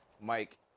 Mike